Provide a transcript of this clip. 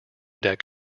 deck